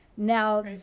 Now